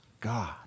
God